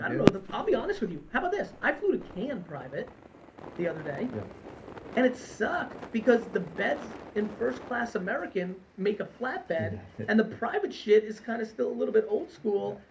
um you know i'll be honest with you, how about this? i flew to can private the other day yeah and it sucked because the beds in first-class american make a flat bed and the private shit is kind of still a little bit old school.